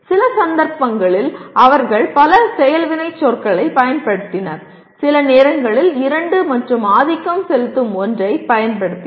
சில சந்தர்ப்பங்களில் அவர்கள் பல செயல் வினைச்சொற்களைப் பயன்படுத்தினர் சில நேரங்களில் இரண்டு மற்றும் ஆதிக்கம் செலுத்தும் ஒன்றை பயன்படுத்தினர்